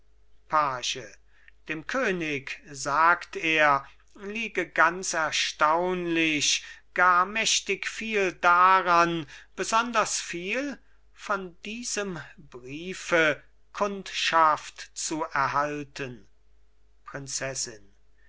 page dem könig sagt er liege ganz erstaunlich gar mächtig viel daran besonders viel von diesem briefe kundschaft zu erhalten prinzessin